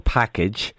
package